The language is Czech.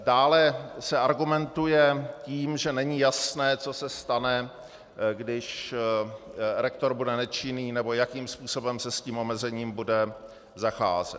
Dále se argumentuje tím, že není jasné, co se stane, když rektor bude nečinný, nebo jakým způsobem se bude s tím omezením zacházet.